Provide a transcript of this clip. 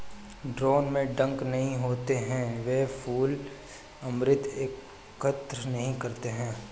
drone में डंक नहीं होते हैं, वे फूल अमृत एकत्र नहीं करते हैं